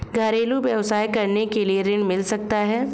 घरेलू व्यवसाय करने के लिए ऋण मिल सकता है?